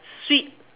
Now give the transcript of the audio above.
sweet